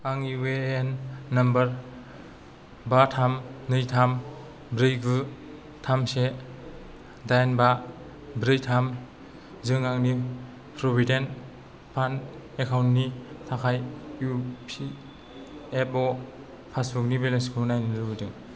आं UAN number बा थाम नै थाम ब्रै गु थाम से दाइन बा ब्रै थाम जों आंनि प्रविदेन्ट फान्द एकाउन्टनि थाखाय इपिएफअ' पासबुकनि बेलेन्सखौ नायनो लुबैदों